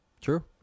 True